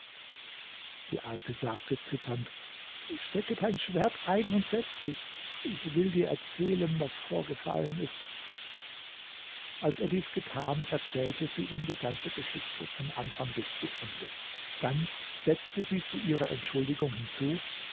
die alte sagte zitternd stecke dein schwert ein und setze dich ich will dir erzählen was vorgefallen ist als er dies getan erzählte sie ihm die ganze geschichte von anfang bis zu ende dann setzte sie zu ihrer entschuldigung hinzu